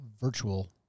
virtual